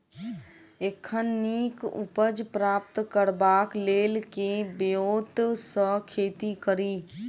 एखन नीक उपज प्राप्त करबाक लेल केँ ब्योंत सऽ खेती कड़ी?